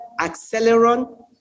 Acceleron